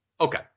Okay